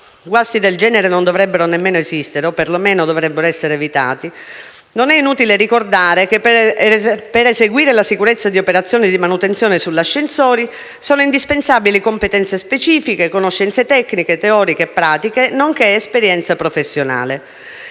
guasti del genere non dovrebbero nemmeno esistere o per lo meno dovrebbero essere evitati, non è inutile ricordare che, per eseguire in sicurezza le operazioni di manutenzione sugli ascensori, sono indispensabili competenze specifiche, conoscenze tecniche, teoriche e pratiche, nonché esperienza professionale.